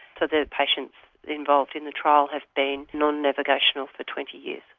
so the patients involved in the trial have been non-navigational for twenty years.